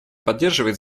поддерживает